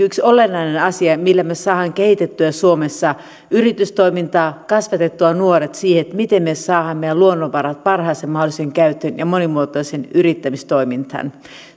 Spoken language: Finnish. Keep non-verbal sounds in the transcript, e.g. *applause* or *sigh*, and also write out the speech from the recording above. *unintelligible* yksi olennainen asia millä me saamme kehitettyä suomessa yritystoimintaa kasvatettua nuoret siihen miten me saamme meidän luonnonvarat parhaaseen mahdolliseen käyttöön ja monimuotoiseen yrittämistoimintaan